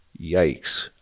yikes